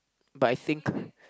but I think